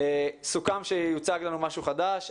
סוכם שיוצג לנו משהו חדש.